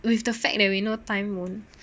with the fact that we know time won't